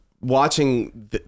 Watching